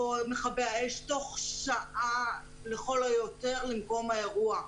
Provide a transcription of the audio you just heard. או מכבי האש, תוך שעה לכל היותר למקום האירוע.